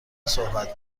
صحبت